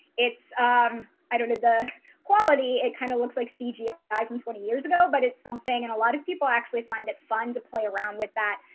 um i don't know the quality. it kind of looks like cgi ah five and twenty years ago, but it's something. and a lot of people actually find it fun to play around with that.